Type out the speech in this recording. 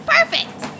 Perfect